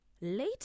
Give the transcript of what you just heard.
later